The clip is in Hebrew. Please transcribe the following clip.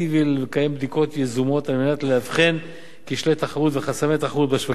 ולקיים בדיקות יזומות על מנת לאבחן כשלי תחרות וחסמי תחרות בשווקים,